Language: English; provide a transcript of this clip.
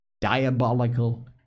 diabolical